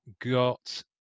got